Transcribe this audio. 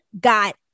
got